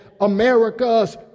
America's